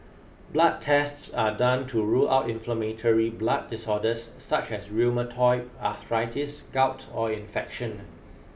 blood tests are done to rule out inflammatory blood disorders such as rheumatoid arthritis gout or infection